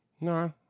No